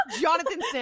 Jonathan